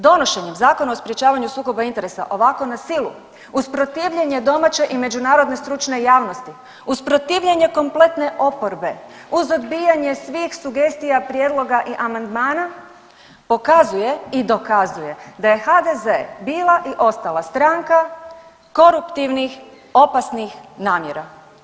Donošenjem Zakona o sprječavanju sukoba interesa ovako na silu uz protivljenje domaće i međunarodne stručne javnosti, uz protivljenje kompletne oporbe, uz odbijanje svih sugestija, prijedloga i amandmana pokazuje i dokazuje da je HDZ bila i ostala stranka koruptivnih, opasnih namjera.